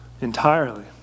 entirely